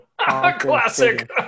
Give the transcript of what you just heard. Classic